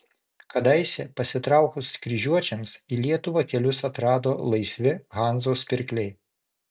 kadaise pasitraukus kryžiuočiams į lietuvą kelius atrado laisvi hanzos pirkliai